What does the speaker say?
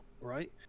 right